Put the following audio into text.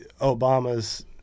Obama's